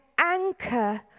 anchor